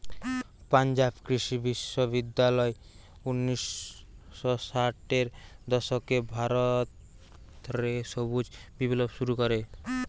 পাঞ্জাব কৃষি বিশ্ববিদ্যালয় উনিশ শ ষাটের দশকে ভারত রে সবুজ বিপ্লব শুরু করে